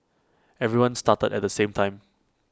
everyone started at the same time